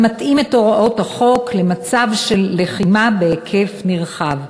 המתאים את הוראות החוק למצב של לחימה בהיקף נרחב.